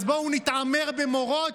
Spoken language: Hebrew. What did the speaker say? אז בואו נתעמר במורות?